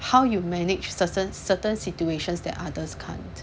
how you manage certain certain situations that others can't